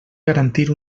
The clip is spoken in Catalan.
garantir